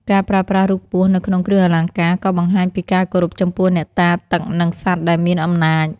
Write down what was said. ការប្រើប្រាស់រូបពស់នៅក្នុងគ្រឿងអលង្ការក៏បង្ហាញពីការគោរពចំពោះអ្នកតាទឹកនិងសត្វដែលមានអំណាច។